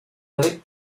avec